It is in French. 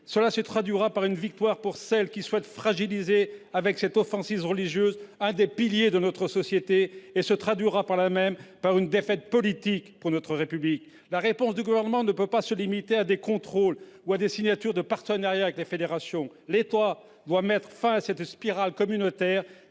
cela se traduira par une victoire pour celles qui souhaitent fragiliser, avec cette offensive religieuse, l'un des piliers de notre société et, par là même, par une défaite politique pour notre République. La réponse du Gouvernement ne peut se limiter à quelques contrôles ou à la signature de partenariats avec les fédérations. L'État doit mettre fin à cette spirale communautaire